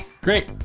Great